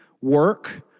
work